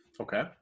Okay